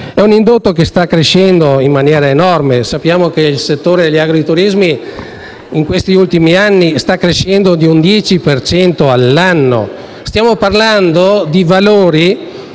È un indotto che sta crescendo in maniera enorme. Sappiamo che il settore degli agriturismi in questi ultimi anni sta crescendo di circa il 10 per cento annuo. Stiamo parlando di oltre